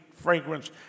fragrance